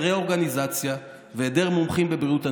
רה-אורגניזציה והיעדר מומחים לבריאות הנפש.